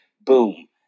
Boom